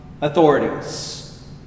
authorities